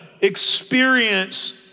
experience